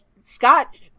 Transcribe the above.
scott